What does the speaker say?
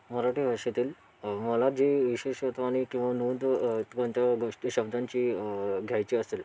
मराठी भाषेतील मला जे विशेषवत्वानी किंवा नोंद कोणत्या गोष्टी शब्दांची घ्यायची असेल